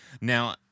Now